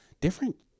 different